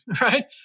Right